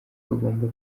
bagomba